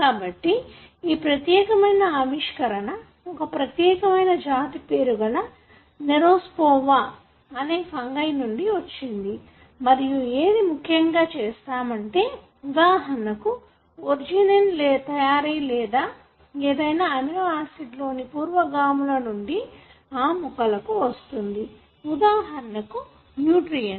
కాబట్టి ఈ ప్రత్యేకమైన ఆవిష్కరణ ఒక ప్రత్యేకమైన జాతి పేరు గల నెఉరోస్పోరా అనే ఫంగై నుండి వచ్చింది మరియు ఏది ముఖ్యంగా చేస్తామంటే ఉదాహరణకు ఒర్జినిన్ తయారీ లేదా ఏదైనా అమినోయాసిడ్స్ లోని పూర్వగాముల నుండి ఆ మొక్కలకు వస్తుంది ఉదాహరణకు న్యూట్రియంట్స్